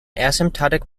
asymptotic